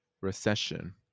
Recession